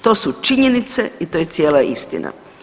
To su činjenice i to je cijela istina.